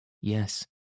Yes